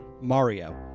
Mario